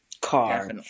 Car